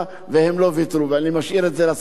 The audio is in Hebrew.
שאני מניח שהוא יעלה פה ויגיד את הדברים.